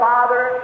Father